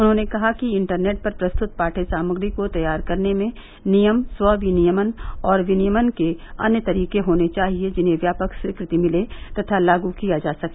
उन्होंने कहा कि इंटरनेट पर प्रस्तुत पाठ्य सामग्री को तैयार करने में नियम स्व विनियमन और विनियमन के अन्य तरीके होने चाहिए जिन्हें व्यापक स्वीकृति मिले तथा लागू किया जा सके